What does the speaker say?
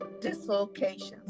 dislocations